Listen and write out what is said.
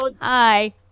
Hi